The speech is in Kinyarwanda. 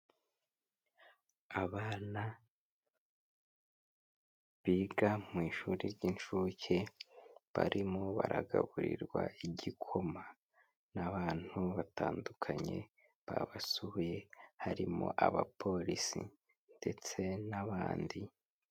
Abana biga mu ishuri ry'inshuke, barimo baragaburirwa igikoma n'abantu batandukanye babasuye harimo abapolisi ndetse n'abandi.